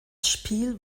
spiel